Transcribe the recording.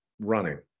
running